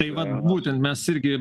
tai vat būtent mes irgi